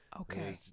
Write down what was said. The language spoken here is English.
okay